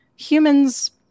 humans